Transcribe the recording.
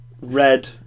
Red